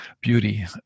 beauty